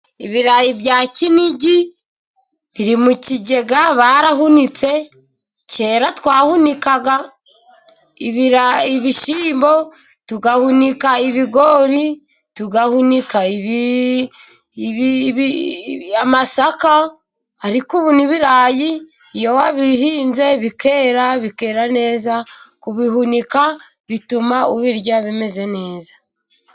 Ibirayi bya Kinigi, biri mu kigega barahunitse, kera twahunikaga ibishyimbo, tugahunika ibigori, tugahunika amasaka, ariko ubu n'ibirayi iyo wabihinze bikera, bikera neza, kubihunika bituma ubirya bimeze neza.